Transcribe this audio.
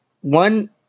One